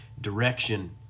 direction